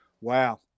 Wow